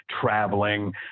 traveling